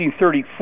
1934